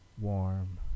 warm